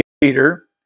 Peter